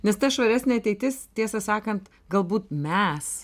nes ta švaresnė ateitis tiesą sakant galbūt mes